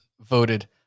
voted